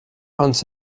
hunts